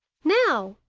now!